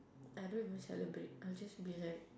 I don't even celebrate I'll just be like